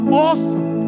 awesome